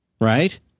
right